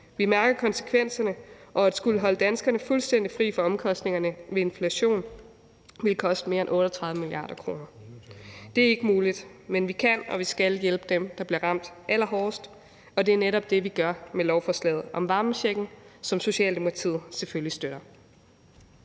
Vi mærker konsekvenserne, og at skulle holde danskerne fuldstændig frie for omkostningerne ved inflation ville koste mere end 38 mia. kr. Det er ikke muligt, men vi kan og vi skal hjælpe dem, der bliver ramt allerhårdest, og det er netop det, vi gør med lovforslaget om varmechecken, som Socialdemokratiet selvfølgelig støtter.